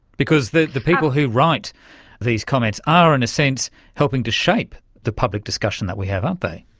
because the the people who write these comments are in a sense helping to shape the public discussion that we have, aren't they.